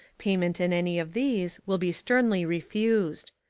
payment in any of these will be sternly refused.